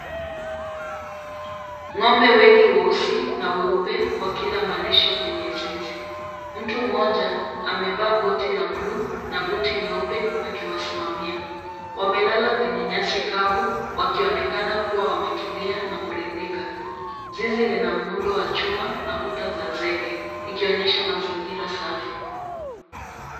Ng'ombe wengi weusi na weupe wakila malisho kwenye zizi. Mtu mmoja amevaa koti la buluu na buti nyeupe akiwasimia. Wamelala kwenye nyasi kavu wakionekana kuwa wametulia na kuridhika. Zizi lina kuta muundo wa chuma na kuta za zege, ikionyesha mazingira safi.